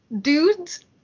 Dudes